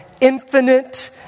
infinite